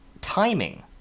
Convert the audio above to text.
timing